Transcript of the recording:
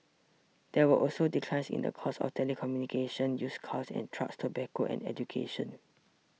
there were also declines in the cost of telecommunication used cares and trucks tobacco and education